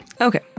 Okay